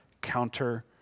counter